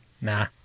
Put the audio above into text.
Nah